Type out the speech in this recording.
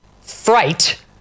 fright